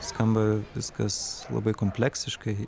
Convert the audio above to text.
skamba viskas labai kompleksiškai